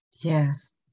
Yes